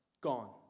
Gone